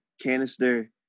canister